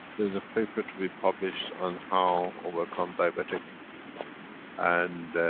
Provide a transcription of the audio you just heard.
there's a paper to be published on how overcome diabetic and